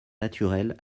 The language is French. naturelle